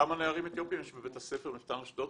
כמה נערים אתיופים יש בבית הספר מפת"ן אשדוד?